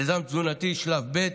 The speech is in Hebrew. מיזם תזונתי שלב ב',